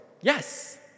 yes